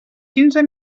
quinze